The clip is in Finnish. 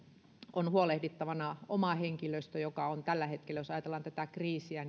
on huolehdittavana oma henkilöstö joka on nyt tällä hetkellä jos ajatellaan tätä kriisiä